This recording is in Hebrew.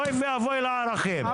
אוי ואבוי לערכים.